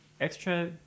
extra